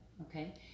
Okay